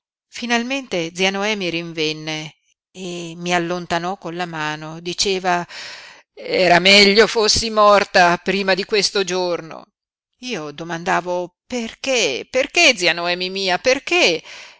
finalmente zia noemi rinvenne e mi allontanò con la mano diceva era meglio fossi morta prima di questo giorno io domandavo perché perché zia noemi mia perché